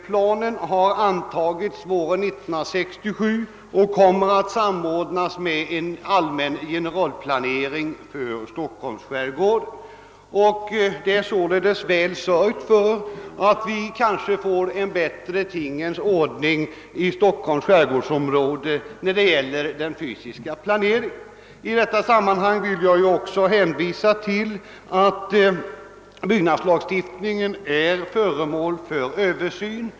Planen antogs våren 1967 och den kommer att samordnas med en allmän generalplanering för Stockholms skärgård. Det är således väl sörjt för att vi får en bättre tingens ordning i Stockholms skärgårdsområde när det gäller den fysiska planeringen. I detta sammanhang vill jag också hänvisa till att byggnadslagstiftningen är föremål för översyn.